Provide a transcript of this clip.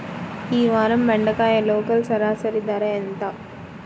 ఈ వారం బెండకాయ లోకల్ సరాసరి ధర ఎంత?